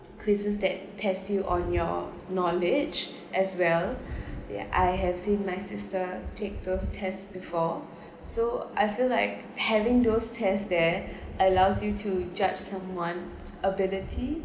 quizzes that tests you on your knowledge as well ya I have seen my sister take those tests before so I feel like having those tests there allows you to judge someone's ability